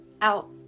out